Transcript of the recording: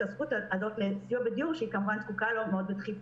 הזכות לסיוע בדיור שהיא זקוקה לו בדחיפות.